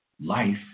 life